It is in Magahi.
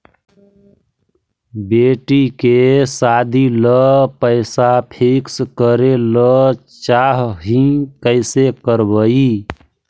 बेटि के सादी ल पैसा फिक्स करे ल चाह ही कैसे करबइ?